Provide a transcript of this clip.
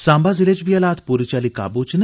सांबा जिले च बी हालात पूरी चाल्ली काबू च न